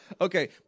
Okay